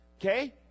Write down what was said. okay